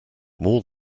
more